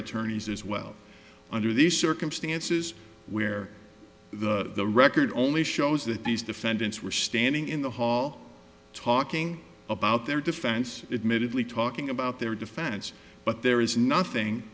attorney says well under these circumstances where the record only shows that these defendants were standing in the hall talking about their defense admittedly talking about their defense but there is